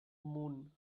moon